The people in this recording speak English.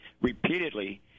repeatedly